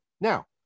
Now